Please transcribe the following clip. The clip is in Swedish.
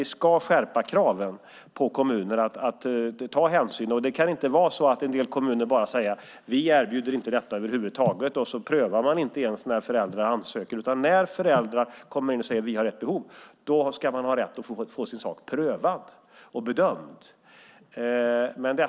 Vi ska skärpa kraven på kommuner att ta hänsyn. Det får inte vara så att en del kommuner kan säga att man inte erbjuder detta över huvud taget och inte ens prövar när föräldrar ansöker. När föräldrar säger att de har behov ska de ha rätt att få sin sak prövad och bedömd.